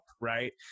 right